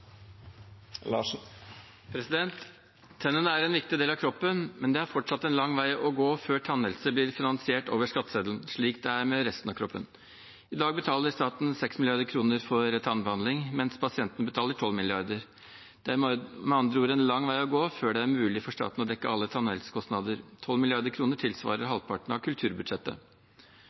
til. Tennene er en viktig del av kroppen, men det er fortsatt en lang vei å gå før tannhelse blir finansiert over skatteseddelen, slik det er med resten av kroppen. I dag betaler staten 6 mrd. kr for tannbehandling, mens pasienten betaler 12 mrd. kr. Det er med andre ord en lang vei å gå før det er mulig for staten å dekke alle tannhelsekostnader. 12 mrd. kr tilsvarer halvparten av kulturbudsjettet.